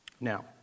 Now